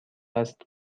است